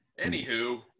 Anywho